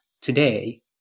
today